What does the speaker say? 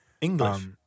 English